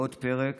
לעוד פרק